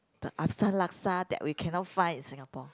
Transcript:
the assam laksa that we cannot find in Singapore